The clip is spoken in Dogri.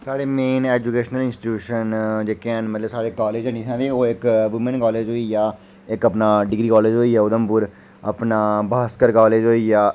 साढ़े मेन ऐजुकेशनल इंस्टीट्यूशन जेह्के हैन जि'यां पैह्लें कालज नेई हा ते हून इक वूमन कालज होई गेआ अपना डिग्री कालज होई गैआ उघमपुर अपना बासकर कालज होई गेआ